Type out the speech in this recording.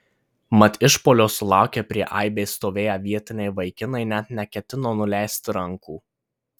mat išpuolio sulaukę prie aibės stovėję vietiniai vaikinai net neketino nuleisti rankų